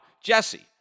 Jesse